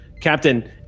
Captain